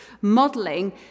modeling